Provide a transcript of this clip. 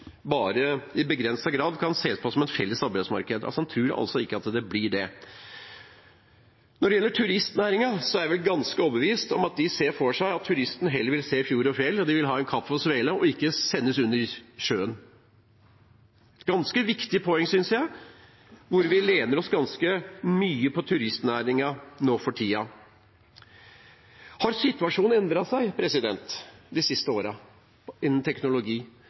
bare i begrenset grad kan ses på som et felles arbeidsmarked. Han tror altså ikke at det blir det. Når det gjelder turistnæringen, er jeg ganske overbevist om at de ser for seg at turistene heller vil se fjord og fjell, de vil ha en kaffe og en svele og ikke sendes under sjøen. Det er et ganske viktig poeng, synes jeg, for vi lener oss ganske mye på turistnæringen nå for tiden. Har situasjonen endret seg de siste årene innen teknologi?